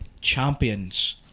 champions